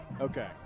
Okay